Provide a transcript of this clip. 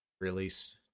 release